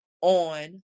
on